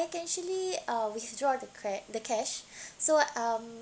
can actually withdraw the crab the cash so um